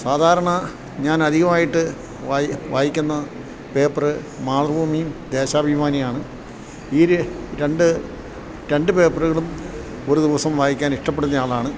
സാധാരണ ഞാൻ അധികമായിട്ട് വായിക്കുന്ന പേപ്പറ് മാതൃഭൂമിയും ദേശാഭിമാനിയും ആണ് ഈര് രണ്ട് രണ്ട് പേപ്പറുകളും ഒരു ദിവസം വായിക്കാൻ ഇഷ്ടപ്പെടുന്ന ആളാണ്